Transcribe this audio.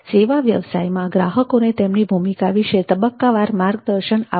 સેવા વ્યવસાયમાં ગ્રાહકોને તેમની ભૂમિકા વિશે તબક્કાવાર માર્ગદર્શન આપવું આવશ્યક છે